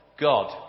God